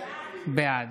בעד